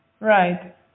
right